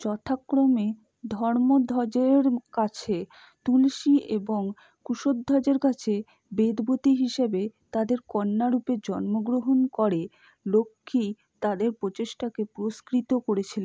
যথাক্রমে ধর্মধ্বজের কাছে তুলসী এবং কুশধ্বজের কাছে বেদবতী হিসেবে তাদের কন্যারূপে জন্মগ্রহণ করে লক্ষ্মী তাদের প্রচেষ্টাকে পুরস্কৃত করেছিল